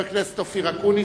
חבר הכנסת אופיר אקוניס?